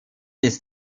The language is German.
ist